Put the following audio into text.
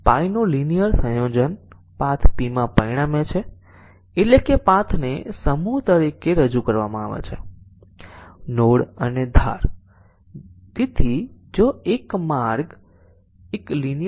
આપણે ટેસ્ટીંગ ના કેસોના એક્ષ્પોનેન્શિયલ ટાળીએ છીએ